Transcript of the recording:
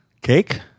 Cake